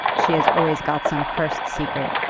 she has always got some cursed secret,